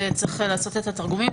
וצריך לעשות את התרגומים.